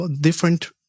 different